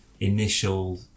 initial